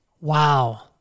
Wow